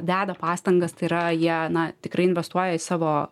deda pastangas tai yra jie na tikrai investuoja į savo